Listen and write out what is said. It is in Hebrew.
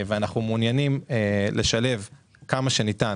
עכשיו אנחנו מעוניינים לשלב כמה שניתן